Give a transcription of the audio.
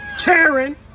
Karen